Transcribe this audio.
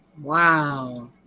wow